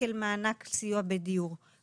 מענק סיוע בדיור של 234,000 ₪,